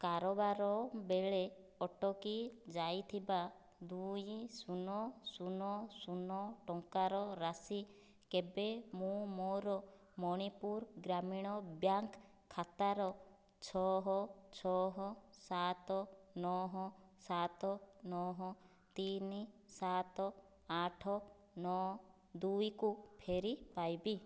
କାରବାର ବେଳେ ଅଟକି ଯାଇଥିବା ଦୁଇ ଶୂନ ଶୂନ ଶୂନ ଟଙ୍କାର ରାଶି କେବେ ମୁଁ ମୋର ମଣିପୁର ଗ୍ରାମୀଣ ଖାତା ର ଛଅ ଛଅ ସାତ ନଅ ସାତ ନଅ ତିନି ସାତ ଆଠ ନଅ ଦୁଇକୁ ଫେରିପାଇବି